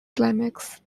climax